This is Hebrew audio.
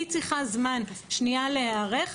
היא צריכה זמן שנייה להיערך,